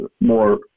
more